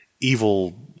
evil